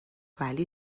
ولی